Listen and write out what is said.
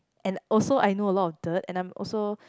and also I know a lot of dirt and I'm also